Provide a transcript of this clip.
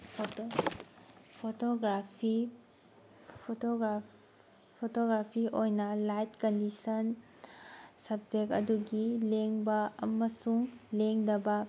photography photography ꯑꯣꯏꯅ light condition subject ꯑꯗꯨꯒꯤ ꯂꯦꯡꯕ ꯑꯃꯁꯨꯡ ꯂꯦꯡꯗꯕ